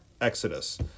exodus